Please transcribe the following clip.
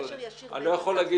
אני לא יכול להגיד